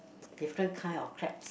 different kind of crabs